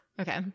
Okay